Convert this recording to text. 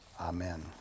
Amen